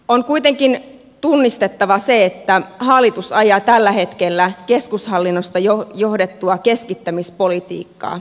on kuitenkin tunnistettava se että hallitus ajaa tällä hetkellä keskushallinnosta johdettua keskittämispolitiikkaa